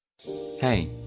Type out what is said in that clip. Hey